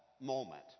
moment